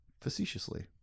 Facetiously